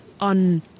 on